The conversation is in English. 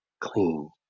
clean